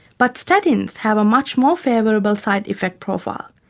but statins have a much more favourable side-effect profile.